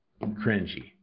cringy